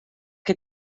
que